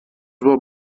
bon